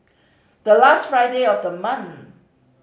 the last Friday of the month